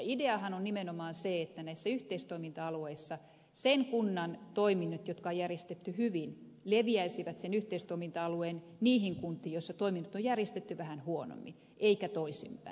ideahan on nimenomaan se että näillä yhteistoiminta alueilla sen kunnan toiminnot jotka on järjestetty hyvin leviäisivät sen yhteistoiminta alueen niihin kuntiin joissa toiminnat on järjestetty vähän huonommin eikä toisinpäin